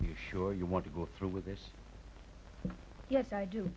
you sure you want to go through with this yes i do